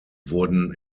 wurden